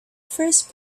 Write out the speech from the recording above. first